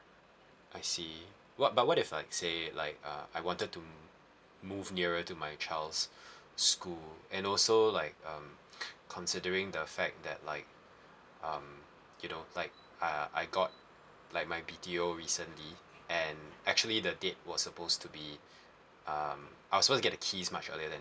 I see what but what if like say like uh I wanted to move nearer to my child's school and also like um considering the fact that like um you know like I I got like my B_T_O recently and actually the date was supposed to be um I was supposed to get the keys much earlier than